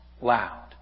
loud